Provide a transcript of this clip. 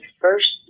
first